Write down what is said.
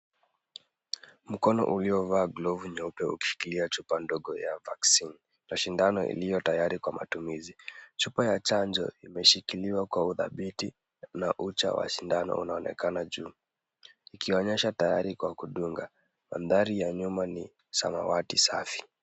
Mkono uliovaa glovu nyeupe ukishikilia chupa ndogo ya vaccine na sindano iliyo tayari kwa matumizi. Chupa ya chanjo imeshikiliwa kwa udhabiti na ucha wa sindano unaonekana juu ikionyesha tayari kwa kudunga. Mandhari ya nyuma ni samawati safi.